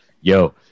yo